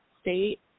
state